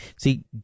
See